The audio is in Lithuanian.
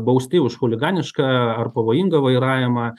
bausti už chuliganišką ar pavojingą vairavimą